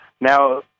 Now